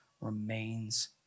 remains